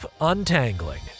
untangling